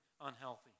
unhealthy